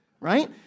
right